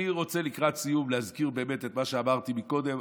לקראת סיום אני באמת רוצה להזכיר את מה שאמרתי קודם.